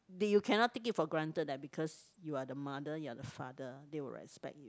did you cannot take it for granted eh because you are the mother you are the father they will respect you